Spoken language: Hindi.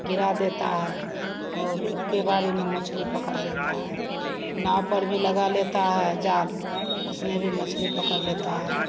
गिरा देता है और एक्के बार में मछली पकड़ लेता है नाव पर भी लगा लेता है जाल उसमें भी मछली पकड़ लेता है